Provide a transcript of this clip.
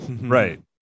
right